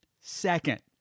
second